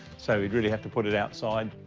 so we'd really have to put it outside.